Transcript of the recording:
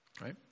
Right